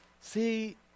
See